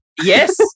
Yes